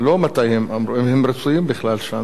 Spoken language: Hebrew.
לא מתי הם היו, אם הם רצויים בכלל שם, זו השאלה.